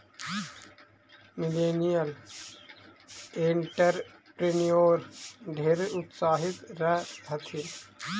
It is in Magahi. मिलेनियल एंटेरप्रेन्योर ढेर उत्साहित रह हथिन